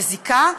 היא מזיקה,